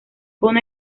con